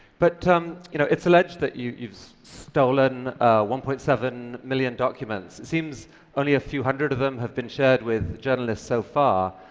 but um you know it's alleged that you've you've stolen one point seven million documents. it seems only a few hundred of them have been shared with journalists so far.